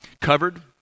Covered